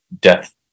death